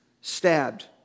stabbed